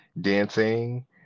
dancing